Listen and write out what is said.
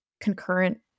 concurrent